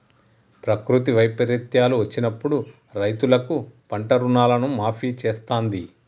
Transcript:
ప్రకృతి వైపరీత్యాలు వచ్చినప్పుడు రైతులకు పంట రుణాలను మాఫీ చేస్తాంది